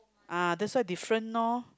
ah that's why different lor